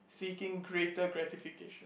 seeking greater gratification